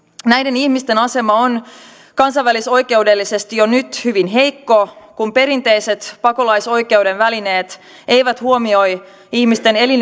näiden ihmisten asema on kansainvälisoikeudellisesti jo nyt hyvin heikko kun perinteiset pakolaisoikeuden välineet eivät huomioi ihmisten elin